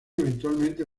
eventualmente